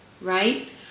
right